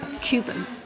Cuban